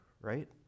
right